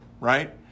right